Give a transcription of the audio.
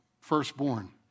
firstborn